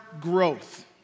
Growth